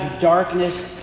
darkness